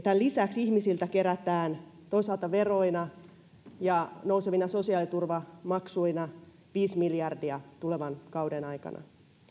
tämän lisäksi ihmisiltä kerätään toisaalta veroina ja nousevina sosiaaliturvamaksuina viisi miljardia tulevan kauden aikana